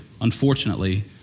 unfortunately